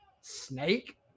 Snake